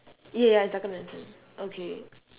ya ya it's darker than the sand okay